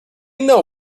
know